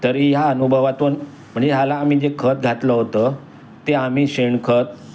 तरी ह्या अनुभवातून म्हणजे ह्याला आम्ही जे खत घातलं होतं ते आम्ही शेणखत